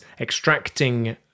extracting